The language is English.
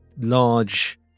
large